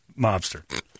mobster